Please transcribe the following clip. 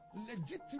legitimate